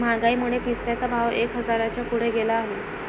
महागाईमुळे पिस्त्याचा भाव एक हजाराच्या पुढे गेला आहे